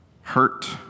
hurt